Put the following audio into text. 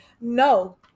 No